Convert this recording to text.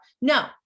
No